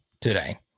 today